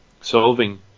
solving